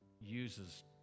uses